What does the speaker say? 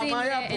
מה היה פה?